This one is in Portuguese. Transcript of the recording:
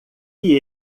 que